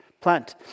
plant